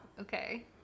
Okay